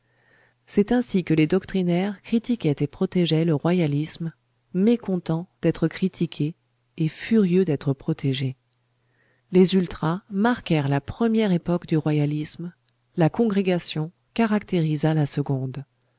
c'est ainsi que les doctrinaires critiquaient et protégeaient le royalisme mécontent d'être critiqué et furieux d'être protégé les ultras marquèrent la première époque du royalisme la congrégation caractérisa la seconde